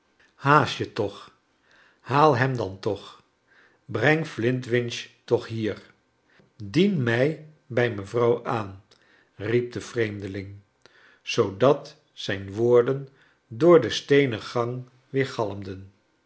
haast je toch haal hem dan toch breng flintwinch toch hier dien mij bij mevrouw aan riep de vreemdeling zoodat zijn woorden door de steenen gang